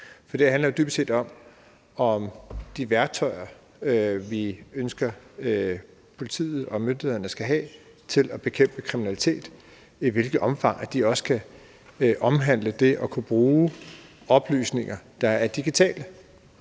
Det her handler jo dybest set om de værktøjer, vi ønsker at politiet og myndighederne skal have til at bekæmpe kriminalitet, og i hvilket omfang de skal indebære det at kunne bruge oplysninger, der er digitale.